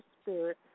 spirit